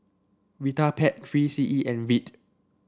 Vitapet Three C E and Veet